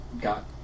got